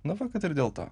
na va kad ir dėl to